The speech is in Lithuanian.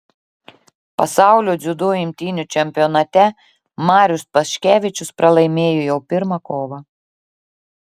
pasaulio dziudo imtynių čempionate marius paškevičiaus pralaimėjo jau pirmą kovą